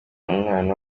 umwana